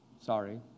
Sorry